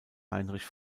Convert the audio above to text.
heinrich